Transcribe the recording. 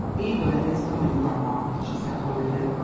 evelyn is coming, grandma, she said hurriedly,